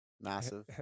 massive